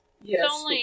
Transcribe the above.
Yes